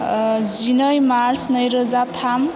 जिनै मार्स नै रोजा थाम